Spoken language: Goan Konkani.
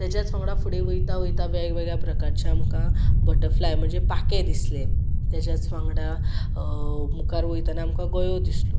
तेज्याच वांगडा फुडें वयता वयता वेगवेगळ्या प्रकारचे आमकां बटरफ्लाय म्हणजे पाखे दिसले तेज्याच वांगडा मुकार वयताना आमकां गयो दिसलो